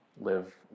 live